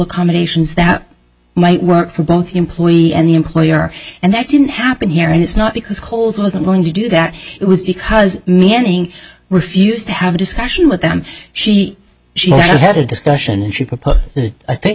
accommodations that might work for both the employee and the employer and that didn't happen here and it's not because coles wasn't going to do that it was because manning refused to have a discussion with them she had a discussion and she proposed that i think